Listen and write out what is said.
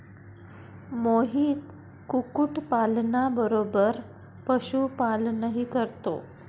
मोहित कुक्कुटपालना बरोबर पशुपालनही करतो